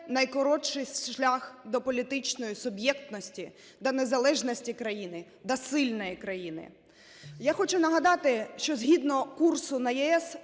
найкоротший шлях до політичної суб'єктності, до незалежності країни, до сильної країни. Я хочу нагадати, що згідно курсу на ЄС,